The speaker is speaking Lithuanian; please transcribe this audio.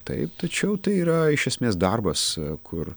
taip tačiau tai yra iš esmės darbas kur